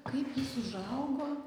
kaip jis užaugo